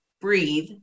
breathe